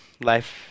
life